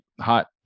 hot